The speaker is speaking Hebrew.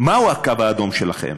מהו הקו האדום שלכם?